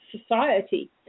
society